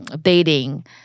dating